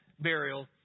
burial